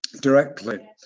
directly